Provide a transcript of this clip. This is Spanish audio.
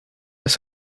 las